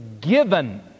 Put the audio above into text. given